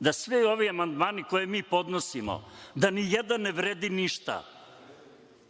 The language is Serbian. da svi ovi amandmani koje mi podnosimo, da nijedan ne vredi ništa,